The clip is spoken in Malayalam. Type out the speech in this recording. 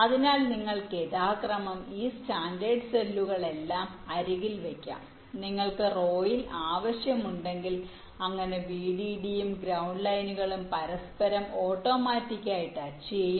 അതിനാൽ നിങ്ങൾക്ക് യഥാക്രമം ഈ സ്റ്റാൻഡേർഡ് സെല്ലുകളെല്ലാം അരികിൽ വയ്ക്കാം നിങ്ങൾക്ക് റോ യിൽ ആവശ്യമുണ്ടെങ്കിൽ അങ്ങനെ വിഡിഡിയും ഗ്രൌണ്ട് ലൈനുകളും പരസ്പരം ഓട്ടോമാറ്റിക് ആയി ടച്ച് ചെയ്യും